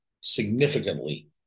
significantly